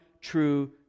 true